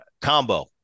combo